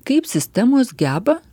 kaip sistemos geba